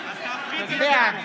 בעד אז תהפכי את זה לבעד,